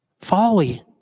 folly